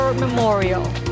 Memorial